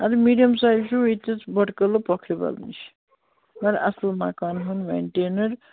اَدٕ medium size چھُو ییٚتٮ۪تھ بۄٹہٕ کدلہٕ پۄکھرِبَل نِش مگر اَصٕل مَکان ہن مٮ۪نٹینٕڈ